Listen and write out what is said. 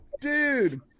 Dude